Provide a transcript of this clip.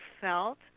felt